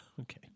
Okay